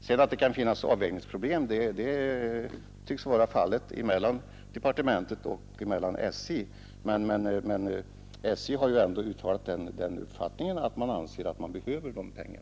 Sedan kan det finnas avvägningsproblem, vilket tycks vara fallet mellan departementet och SJ. Men SJ har ändå uttalat den uppfattningen att man anser sig behöva dessa pengar.